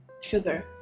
sugar